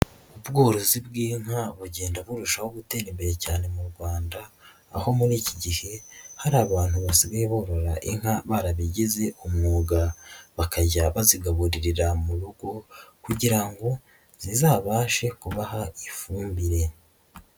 Ubworozi bw'inka bugenda burushaho gutera imbere cyane mu Rwanda aho muri iki gihe hari abantu basigaye borora inka barabigize umwuga bakajya bazigaburirira mu rugo kugira ngo zizabashe kubaha ifumbire.